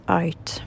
out